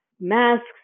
masks